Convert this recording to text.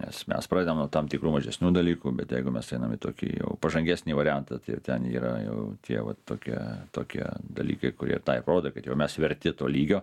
nes mes pradedam nuo tam tikrų mažesnių dalykų bet jeigu mes einam į tokį jau pažangesnį variantą tai jau ten yra jau tie vat tokie tokie dalykai kurie tą ir rodo kad jau mes verti to lygio